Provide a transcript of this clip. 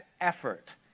effort